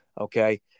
Okay